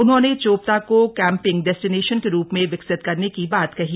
उन्होंने चोपता को camping destination के रूप में विकसित करने की बात कही